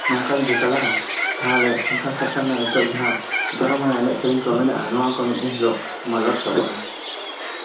ᱱᱚᱝᱠᱟ ᱡᱩᱫᱤ ᱪᱟᱞᱟᱜᱼᱟ ᱛᱟᱦᱚᱞᱮ ᱥᱟᱱᱛᱟᱲ ᱥᱟᱶᱛᱟ ᱨᱮᱱᱟᱜ ᱱᱤᱛᱚᱜ ᱡᱟᱦᱟᱸ ᱫᱷᱚᱨᱚᱢ ᱟᱱᱟᱜ ᱮᱱᱮᱡ ᱥᱮᱨᱮᱧ ᱠᱚ ᱢᱮᱱᱟᱜᱼᱟ ᱱᱚᱣᱟ ᱠᱚ ᱢᱤᱫ ᱫᱤᱱ ᱦᱤᱞᱳᱜ ᱢᱟᱞᱚᱴ ᱪᱟᱵᱟᱜᱼᱟ